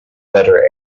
wetter